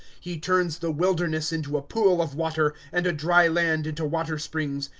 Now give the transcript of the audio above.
he turns the wilderness into a pool of water, and a dry land into water-springs.